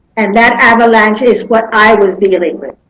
and that avalanche is what i was dealing with.